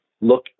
look